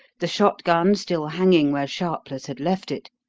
the shotgun still hanging where sharpless had left it,